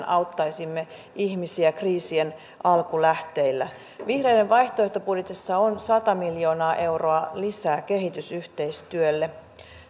auttaisimme ihmisiä kriisien alkulähteillä vihreiden vaihtoehtobudjetissa on sata miljoonaa euroa lisää kehitysyhteistyölle